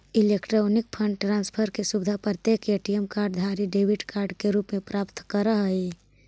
electronic fund transfer के सुविधा प्रत्येक ए.टी.एम कार्ड धारी डेबिट कार्ड के रूप में प्राप्त करऽ हइ